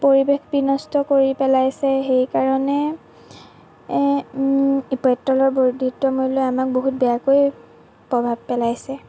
পৰিৱেশ বিনষ্ট কৰি পেলাইছে সেইকাৰণে পেট্ৰলৰ বৰ্ধিত মূল্যই আমাক বহুত বেয়াকৈ প্ৰভাৱ পেলাইছে